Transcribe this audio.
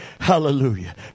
Hallelujah